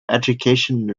education